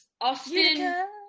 Austin